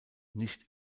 nicht